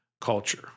culture